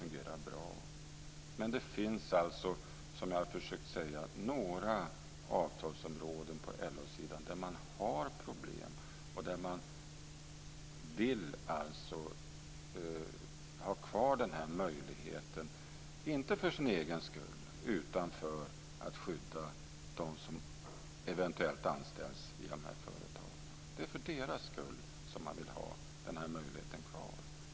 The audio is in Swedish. Men som jag har försökt att säga finns det några avtalsområden på LO sidan där man har problem och där man vill ha kvar denna möjlighet, inte för sin egen skull utan för att skydda dem som eventuellt anställs i de här företagen. Det är för deras skull man vill ha den här möjligheten kvar.